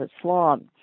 Islam